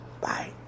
Bye